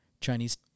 Chinese